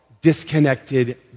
disconnected